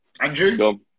Andrew